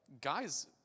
guys